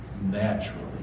naturally